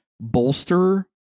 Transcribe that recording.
bolster